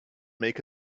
make